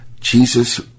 Jesus